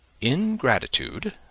Ingratitude